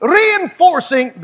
reinforcing